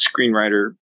screenwriter